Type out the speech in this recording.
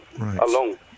alone